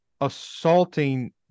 assaulting